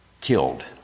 killed